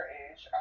age